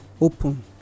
open